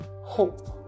hope